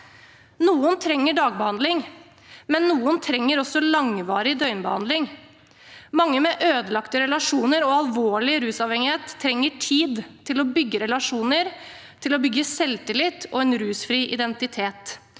Noen trenger dagbehandling, men noen trenger også langvarig døgnbehandling. Mange med ødelagte relasjoner og alvorlig rusavhengighet trenger tid til å bygge relasjoner, selvtillit og en rusfri identitet.